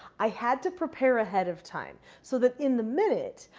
i had to prepare ahead of time so that in the minute,